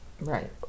Right